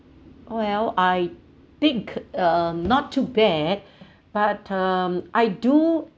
well I think uh not too bad but um I do